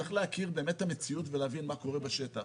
צריך להכיר את המציאות ולראות מה קורה בשטח.